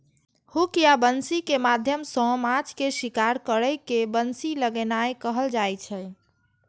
hook या बंसी के माध्यम सं माछ के शिकार करै के बंसी लगेनाय कहल जाइ छै